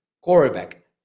quarterback